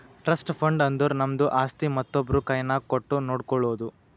trust fund ಅಂದುರ್ ನಮ್ದು ಆಸ್ತಿ ಮತ್ತೊಬ್ರು ಕೈನಾಗ್ ಕೊಟ್ಟು ನೋಡ್ಕೊಳೋದು